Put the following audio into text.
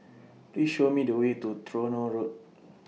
Please Show Me The Way to Tronoh Road